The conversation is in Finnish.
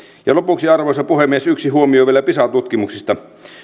lopuksi arvoisa puhemies yksi huomio vielä pisa tutkimuksista